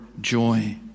joy